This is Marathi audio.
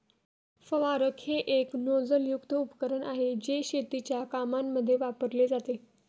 फवारक हे एक नोझल युक्त उपकरण आहे, जे शेतीच्या कामांमध्ये वापरले जाते